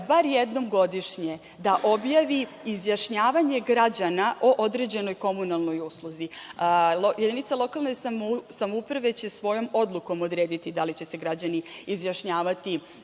bar jednom godišnje da objavi izjašnjavanje građana o određenoj komunalnoj usluzi. Jedinica lokalne samouprave će svojom odlukom odrediti da li će se građani izjašnjavati